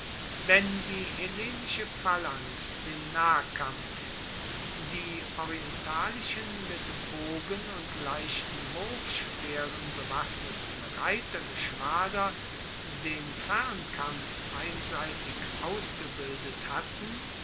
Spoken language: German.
wenn die hellenische phalanx den nahkampf die orientalischen mit bogen und leichten wurfspeeren bewaffneten reitergeschwader den fernkampf einseitig ausgebildet hatten